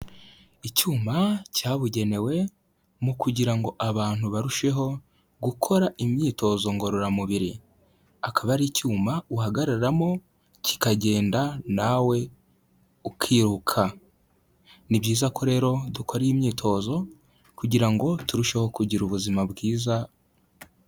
Icyuma cyabugenewe mu kugira ngo abantu barusheho gukora imyitozo ngororamubiri, akaba ari icyuma uhagararamo kikagenda, nawe ukiruka. Ni byiza ko rero dukora iyi myitozo kugira ngo turusheho kugira ubuzima bwiza.